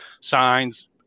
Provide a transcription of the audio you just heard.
signs